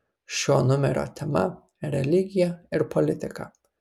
šio numerio tema religija ir politika